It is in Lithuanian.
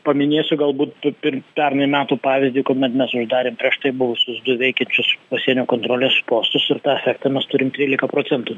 paminėsiu galbūt p pernai metų pavyzdį kuomet mes uždarėm prieš tai buvusius du veikiančius pasienio kontrolės postus ir tą efektą mes turim trylika procentų